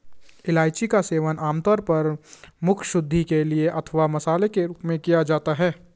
इलायची का सेवन आमतौर पर मुखशुद्धि के लिए अथवा मसाले के रूप में किया जाता है